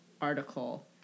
article